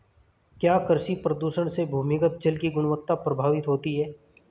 क्या कृषि प्रदूषण से भूमिगत जल की गुणवत्ता प्रभावित होती है?